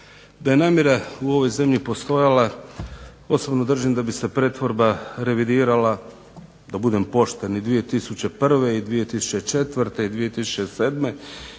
Da je namjera u ovoj zemlji postojala osobno držim da bi se pretvorba revidirala, da budem pošten, i 2001. i 2004. i 2007.